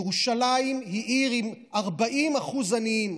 ירושלים היא עיר עם 40% עניים,